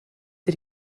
did